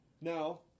Now